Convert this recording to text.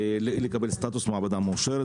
לקבל סטטוס מעבדה מאושרת,